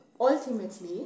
ultimately